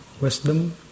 wisdom